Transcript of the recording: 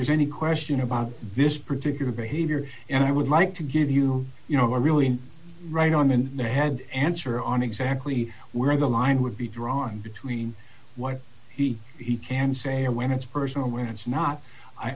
there's any question about this particular behavior and i would like to give you you know really right on in your head answer on exactly where the line would be drawn between what he can say or when it's personal where it's not i